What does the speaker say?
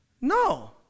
No